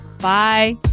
Bye